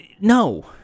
No